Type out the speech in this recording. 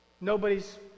Nobody's